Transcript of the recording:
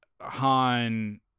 Han